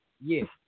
Yes